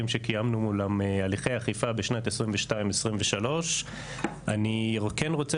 שקיימנו מולם הליכי אכיפה בשנת 2022-2023. אני כן רוצה